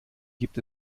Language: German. gibt